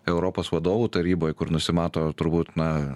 europos vadovų taryboj kur nusimato turbūt na